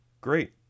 Great